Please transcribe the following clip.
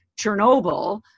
Chernobyl